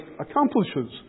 accomplishes